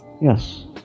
yes